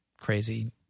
crazy